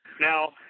Now